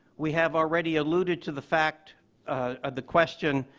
we have already alluded to the fact of the question,